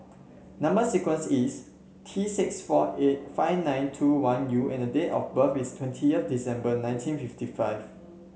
number sequence is T six four eight five nine two one U and date of birth is twentieth December nineteen fifty five